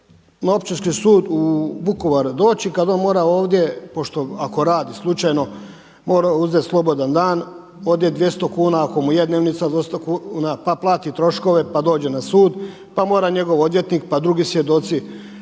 na Općinski sud u Vukovar doći kad on mora ovdje, pošto mora ako radi slučajno mora uzeti slobodan dan, odnijet 200 kuna ako mu je dnevnica 200 kuna, pa plati troškove, pa dođe na sud, pa mora njegov odvjetnik, pa drugi svjedoci,